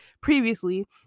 previously